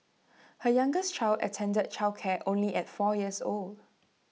her youngest child attended childcare only at four years old